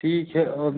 ठीक है